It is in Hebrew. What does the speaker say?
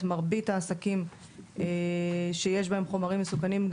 מרבית העסקים שיש בהם חומרים מסוכנים.